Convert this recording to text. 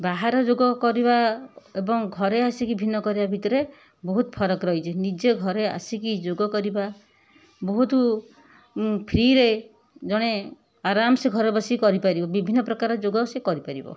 ବାହର ଯୋଗ କରିବା ଏବଂ ଘରେ ଆସିକି ଭିନ୍ନ କରିବା ଭିତରେ ବହୁତ ଫରକ ରହିଛି ନିଜେ ଘରେ ଆସିକି ଯୋଗ କରିବା ବହୁତ ଫ୍ରିରେ ଜଣେ ଆରାମ ସେ ଘରେ ବସିକି କରିପାରିବ ବିଭିନ୍ନ ପ୍ରକାର ଯୋଗ ସେ କରିବ